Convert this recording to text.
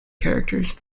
characters